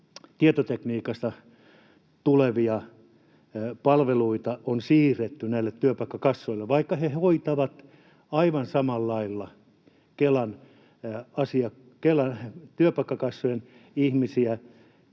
tietotekniikasta tulevia palveluita on siirretty näille työpaikkakassoille, vaikka he hoitavat aivan samalla lailla työpaikkakassojen ihmisiä